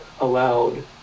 allowed